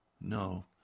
No